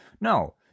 No